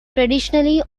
traditionally